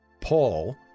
Paul